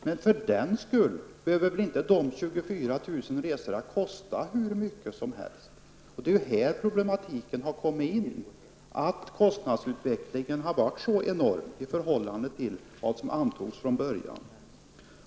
Men för den skull behöver inte dessa 24 000 resor kosta hur mycket som helst. Det är här som problemen har kommit in -- kostnadsutvecklingen har varit så enorm i förhållande till vad som antogs från början.